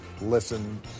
listen